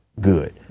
Good